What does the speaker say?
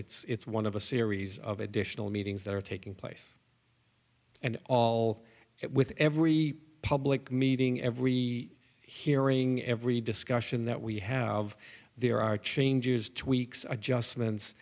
course it's one of a series of additional meetings that are taking place and all it with every public meeting every hearing every discussion that we have there are changes tweaks adjustments